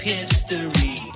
History